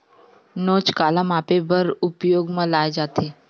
नोच काला मापे बर उपयोग म लाये जाथे?